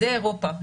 זה אירופה,